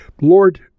Lord